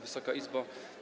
Wysoka Izbo!